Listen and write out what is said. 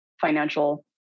financial